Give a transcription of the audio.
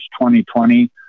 2020